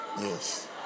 Yes